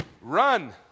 run